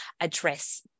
address